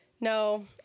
No